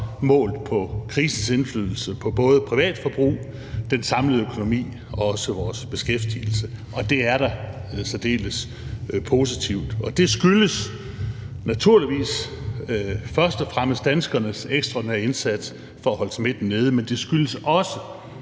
målt på krisens indflydelse på både privatforbrug, den samlede økonomi og vores beskæftigelse, og det er da særdeles positivt. Det skyldes naturligvis først og fremmest danskernes ekstraordinære indsats for at holde smitten nede, men det skyldes også,